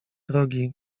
drogi